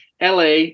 LA